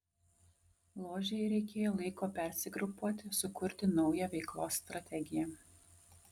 ložei reikėjo laiko persigrupuoti sukurti naują veiklos strategiją